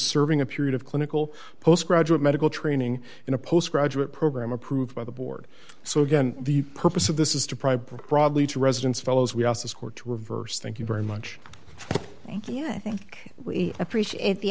serving a period of clinical postgraduate medical training in a post graduate program approved by the board so again the purpose of this is to pry broadly to residents fellows we also score to reverse thank you very much thank you thank you we appreciate the